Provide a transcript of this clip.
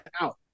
out